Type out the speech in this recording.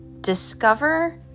discover